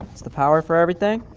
it's the power for everything,